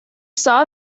saw